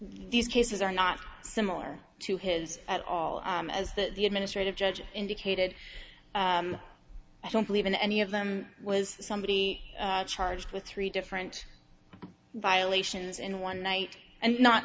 these cases are not similar to his at all as that the administrative judge indicated i don't believe in any of them was somebody charged with three different violations in one night and